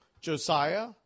Josiah